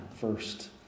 first